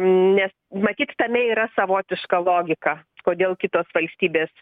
nes matyt tame yra savotiška logika kodėl kitos valstybės